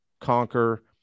conquer